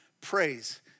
praise